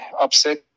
upset